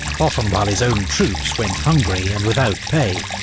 often while his own troops went hungry and without pay.